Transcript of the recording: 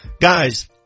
Guys